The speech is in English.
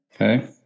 okay